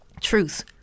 truth